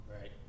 Right